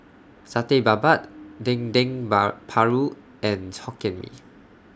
Satay Babat Dendeng Paru and Hokkien Mee